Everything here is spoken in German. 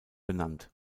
benannt